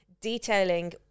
detailing